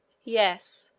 yes,